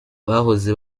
bahoze